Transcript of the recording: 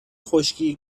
خشکی